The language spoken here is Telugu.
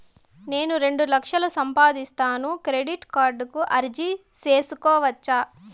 నేను రెండు లక్షలు సంపాదిస్తాను, క్రెడిట్ కార్డుకు అర్జీ సేసుకోవచ్చా?